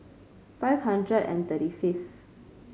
five hundred and thirty fifth